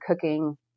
cooking